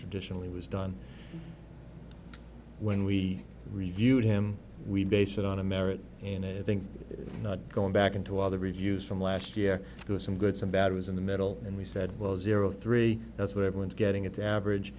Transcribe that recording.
traditionally was done when we reviewed him we base it on a merit in it i think not going back into all the reviews from last year because some good some bad was in the middle and we said well zero three that's what everyone's getting it's average